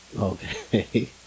okay